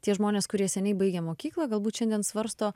tie žmonės kurie seniai baigę mokyklą galbūt šiandien svarsto